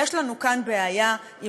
היא באמת הדמוקרטיה היחידה במזרח התיכון.